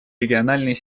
региональной